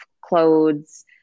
clothes